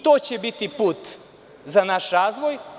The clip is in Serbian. To će biti put za naš razvoj.